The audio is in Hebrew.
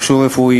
מכשור רפואי,